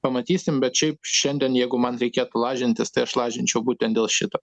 pamatysim bet šiaip šiandien jeigu man reikėtų lažintis tai aš lažinčiau būtent dėl šito